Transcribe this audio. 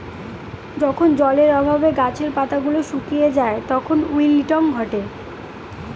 যখন জলের অভাবে গাছের পাতা গুলো শুকিয়ে যায় তখন উইল্টিং ঘটে